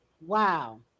Wow